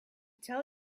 tell